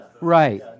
Right